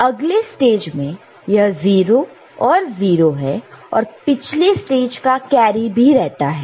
अब अगले स्टेज मैं यह 0 और 0 है और पिछले स्टेज का कैरी भी है